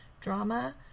drama